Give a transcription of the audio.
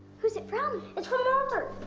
who's it from and from walter.